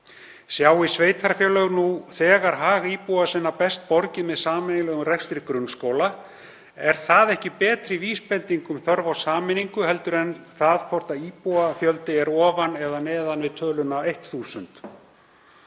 Sjái sveitarfélög nú þegar hag íbúa sinna best borgið með sameiginlegum rekstri grunnskóla, er það ekki betri vísbending um þörf á sameiningu en hvort íbúafjöldi er ofan eða neðan við töluna 1.000?